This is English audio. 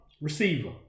receiver